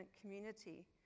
community